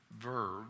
verb